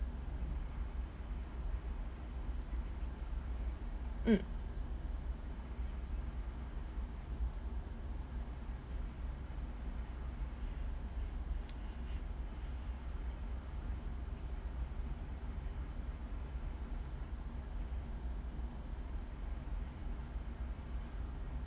mm